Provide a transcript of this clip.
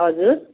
हजुर